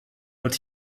notiz